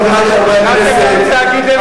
חברי הכנסת,